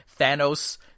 Thanos